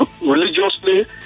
religiously